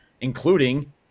including